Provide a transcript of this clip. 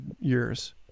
years